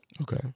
okay